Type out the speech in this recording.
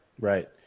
Right